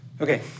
Okay